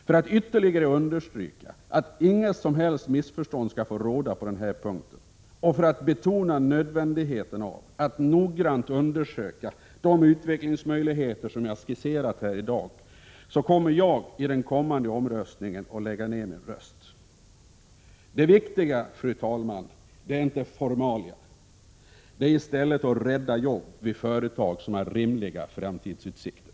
För att ytterligare understryka att inget som helst missförstånd skall få råda på denna punkt och för att betona nödvändigheten av att noggrant undersöka de utvecklingsmöjligheter som jag skisserat här i dag, kommer jag i den kommande omröstningen att lägga ned min röst. Det viktiga, fru talman, är inte formalia — det är i stället att rädda jobb vid företag som har rimliga framtidsutsikter.